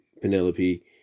Penelope